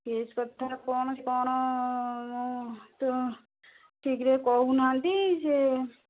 case କଥା କ'ଣ କ'ଣ ଠିକରେ କହୁନାହାନ୍ତି